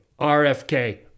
RFK